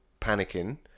panicking